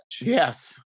yes